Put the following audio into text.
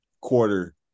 quarter